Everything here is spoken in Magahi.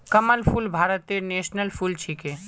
कमल फूल भारतेर नेशनल फुल छिके